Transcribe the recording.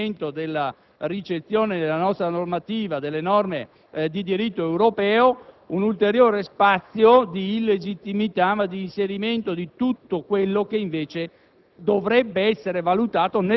creerebbe, anche con lo strumento della ricezione nella nostra normativa delle norme di diritto europeo, un ulteriore spazio di illegittimità, con l'inserimento di norme che invece dovrebbero